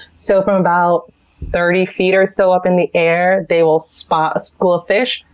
so from about thirty feet or so up in the air, they will spot a school of fish,